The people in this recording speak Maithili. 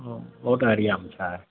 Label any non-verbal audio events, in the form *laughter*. हँ बहुत *unintelligible* मे छै